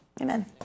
Amen